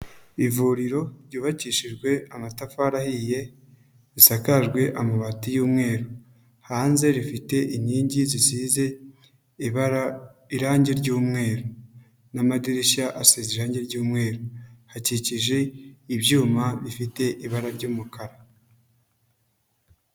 Ivuriro ryubakishijwe amatafari ahiye risakajwe amabati y'umweru, hanze rifite inkingi zisize ibara irangi ry'umweru n'amadirishya asize irangi ry'umweru, hakikije ibyuma bifite ibara ry'umukara.